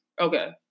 Okay